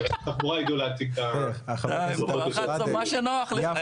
משרד התחבורה ידעו להציג --- מה שנוח לך,